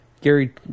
Gary